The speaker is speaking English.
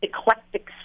Eclectic